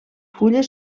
fulles